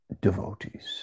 devotees